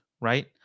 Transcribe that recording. right